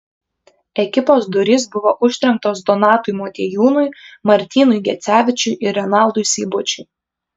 ekipos durys buvo užtrenktos donatui motiejūnui martynui gecevičiui ir renaldui seibučiui